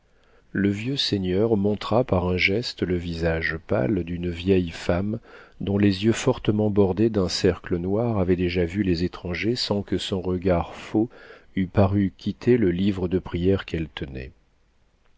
le vieux seigneur montra par un geste le visage pâle d'une vieille femme dont les yeux fortement bordés d'un cercle noir avaient déjà vu les étrangers sans que son regard faux eût paru quitter le livre de prières qu'elle tenait